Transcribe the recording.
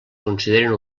consideren